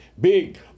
big